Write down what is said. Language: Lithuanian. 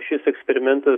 šis eksperimentas